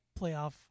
playoff